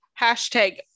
Hashtag